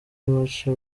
baca